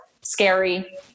scary